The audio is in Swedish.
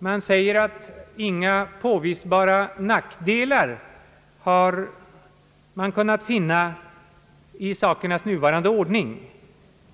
Utskottet säger att det inte har kunnat finna »några påvisbara nackdelar» i sakernas nuvarande ordning,